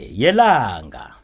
yelanga